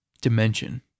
dimension